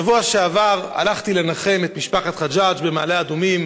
בשבוע שעבר הלכתי לנחם את משפחת חג'אג' במעלה-אדומים